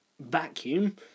vacuum